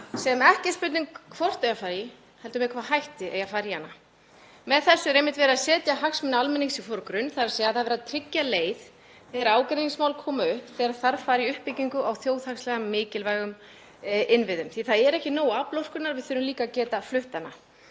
sem ekki er spurning hvort eigi að fara í heldur með hvaða hætti. Með þessu er einmitt verið að setja hagsmuni almennings í forgrunn, þ.e. það er verið að tryggja leið þegar ágreiningsmál koma upp þegar þarf að fara í uppbyggingu á þjóðhagslega mikilvægum innviðum. Það er ekki nóg að afla orkunnar, við þurfum líka að geta flutt hana.